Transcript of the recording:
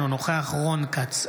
אינו נוכח רון כץ,